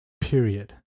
period